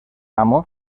amo